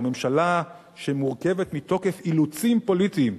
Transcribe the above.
או ממשלה שמורכבת מתוקף אילוצים פוליטיים,